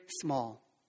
small